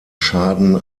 schaden